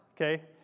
okay